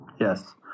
Yes